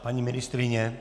Paní ministryně?